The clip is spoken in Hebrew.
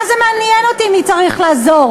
מה זה מעניין אותי מי צריך לעזור?